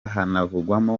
hanavugwamo